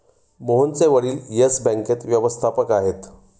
मोहनचे वडील येस बँकेत व्यवस्थापक आहेत